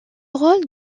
rôle